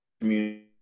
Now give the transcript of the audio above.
community